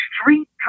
street